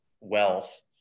wealth